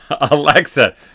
Alexa